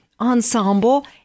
ensemble